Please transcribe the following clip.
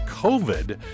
COVID